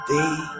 day